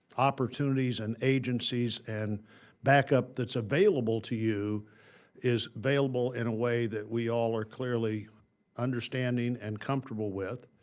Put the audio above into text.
opportunities and agencies and backup that's available to you is available in a way that we all are clearly understanding and comfortable with.